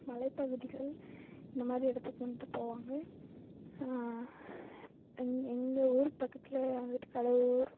மலைப்பகுதிகள் இந்தமாதிரி இடத்துக்கு வந்துட்டு போவாங்க அங் எங்கள் ஊர் பக்கத்தில் வந்துட்டு கடவூர்